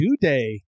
today